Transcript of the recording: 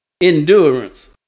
endurance